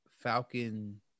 Falcon